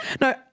No